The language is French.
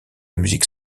musique